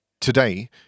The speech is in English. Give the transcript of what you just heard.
today